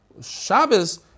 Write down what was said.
Shabbos